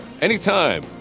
anytime